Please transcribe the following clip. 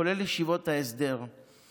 כולל ישיבות ההסדר,